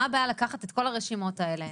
מה הבעיה לקחת את כל הרשימות האלה?